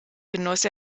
genoss